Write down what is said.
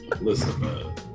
Listen